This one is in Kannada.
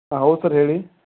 ಹಾಂ ಹೌದು ಸರ್ ಹೇಳಿ